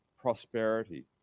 prosperity